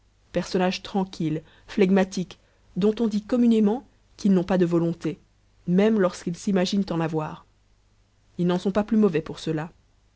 personnages tranquilles flegmatiques dont on dit communément qu'ils n'ont pas de volonté même lorsqu'ils s'imaginent en avoir ils n'en sont pas plus mauvais pour cela